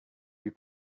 you